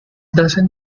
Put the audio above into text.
dozen